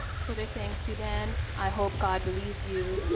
so they're saying sudan, i hope god believes you.